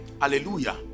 hallelujah